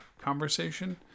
conversation